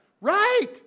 right